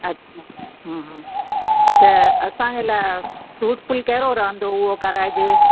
अच्छा हूं हूं त असांजे लाइ फ़्रूटफ़ुल कहिड़ो रहंदो उहो कराइजे